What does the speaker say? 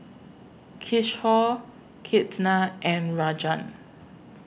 Kishore Ketna and Rajan